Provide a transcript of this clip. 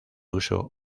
uso